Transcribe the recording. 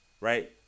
right